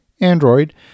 Android